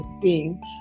seeing